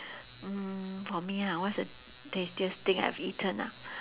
mm for me ha what's the tastiest thing I've eaten ah